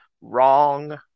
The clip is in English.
wrong